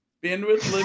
bandwidth